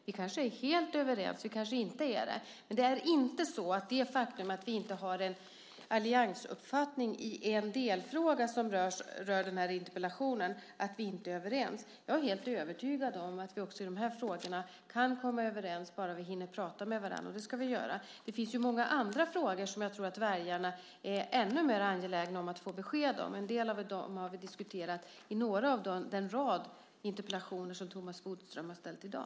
Vi kanske är helt överens. Vi kanske inte är det. Men det är inte så att det faktum att vi inte har en alliansuppfattning i en delfråga som rör den här interpellationen innebär att vi inte är överens. Jag är helt övertygad om att vi också i de här frågorna kan komma överens bara vi hinner prata med varandra, och det ska vi göra. Det finns ju många andra frågor som jag tror att väljarna är ännu mer angelägna om att få besked om. En del av dem har vi diskuterat i några av den rad av interpellationer som Thomas Bodström har ställt i dag.